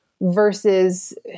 Versus